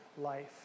life